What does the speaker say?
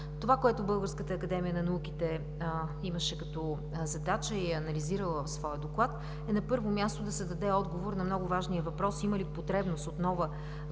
Това, което Българската академия на науките имаше като задача и е анализирала в своя доклад, е на първо място да се даде отговор на много важния въпрос има ли потребност от нова